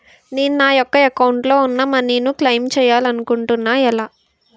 నేను నా యెక్క అకౌంట్ లో ఉన్న మనీ ను క్లైమ్ చేయాలనుకుంటున్నా ఎలా?